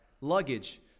luggage